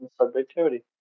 Subjectivity